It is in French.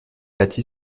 bâti